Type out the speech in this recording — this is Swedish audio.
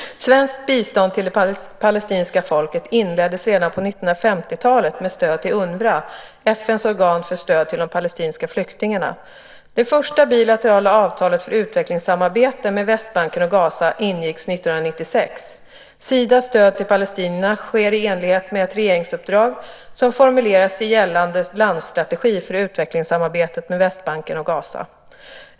Svenskt bistånd till det palestinska folket inleddes redan på 1950-talet med stöd till UNRWA, FN:s organ för stöd till de palestinska flyktingarna. Det första bilaterala avtalet för utvecklingssamarbete med Västbanken och Gaza ingicks 1996. Sidas stöd till palestinierna sker i enlighet med ett regeringsuppdrag, som formuleras i gällande landstrategi för utvecklingssamarbetet med Västbanken och Gaza.